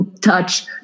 touch